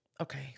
Okay